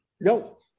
Nope